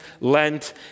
Lent